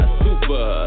super